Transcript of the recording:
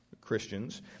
Christians